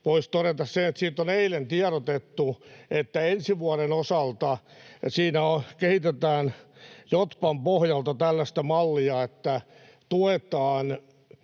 voisi todeta sen, että siitä on eilen tiedotettu, että ensi vuoden osalta siinä kehitetään Jotpan pohjalta tällaista mallia, että tuetaan